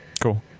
Cool